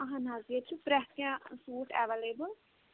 اَہَن حظ ییٚتہِ چھِ پرٛتھ کیٚنٛہہ سوٗٹ ایٚویلیبٕل